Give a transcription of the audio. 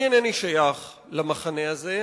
אני אינני שייך למחנה הזה,